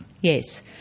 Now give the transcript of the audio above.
Yes